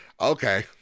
Okay